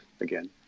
again